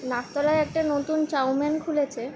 নাকতলায় একটা নতুন চাউম্যান খুলেছে